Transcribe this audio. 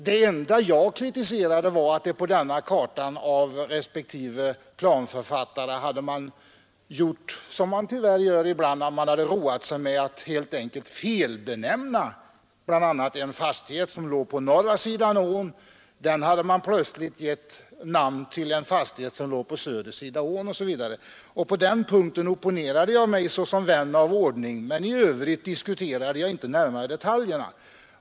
Det enda jag kritiserade var att planförfattarna — som de tyvärr gör ibland — råkat felbenämna en fastighet som låg på södra sidan av ån; den hade fått namnet på en fastighet på norra sidan av ån. På den punkten opponerade jag mig såsom ”vän av ordning”, men i övrigt diskuterade jag Nr 51 inte närmare detaljerna.